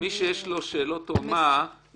מי שיש לו שאלות, ירשום.